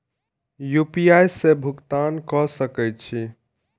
UPI से भुगतान क सके छी?